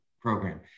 program